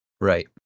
right